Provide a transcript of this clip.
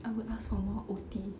I would ask for more O_T